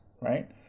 right